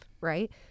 right